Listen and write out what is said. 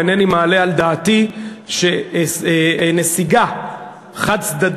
אינני מעלה על דעתי נסיגה חד-צדדית,